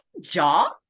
job